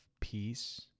peace